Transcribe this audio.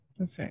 Okay